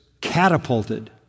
catapulted